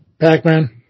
Pac-Man